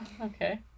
Okay